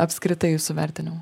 apskritai jūsų vertinimu